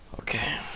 Okay